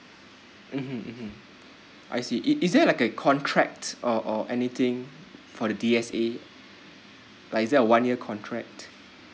(uh huh) (uh huh) I see it it is there like a contract or or anything for the D S A like is there a one year contract